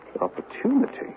Opportunity